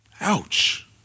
Ouch